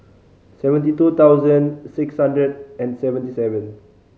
seventy two thousand six hundred and seventy seven